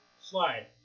slide